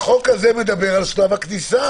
החוק הזה מדבר על שלב הכניסה.